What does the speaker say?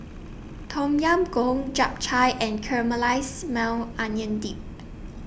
Tom Yam Goong Japchae and Caramelized Maui Onion Dip